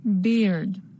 beard